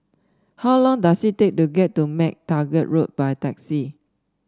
how long does it take to get to MacTaggart Road by taxi